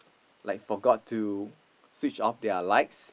like forgot to switch off their lights